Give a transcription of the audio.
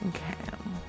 Okay